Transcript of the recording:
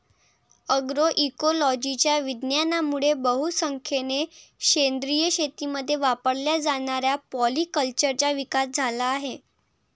अग्रोइकोलॉजीच्या विज्ञानामुळे बहुसंख्येने सेंद्रिय शेतीमध्ये वापरल्या जाणाऱ्या पॉलीकल्चरचा विकास झाला आहे